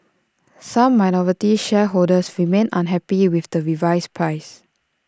some minority shareholders remain unhappy with the revised price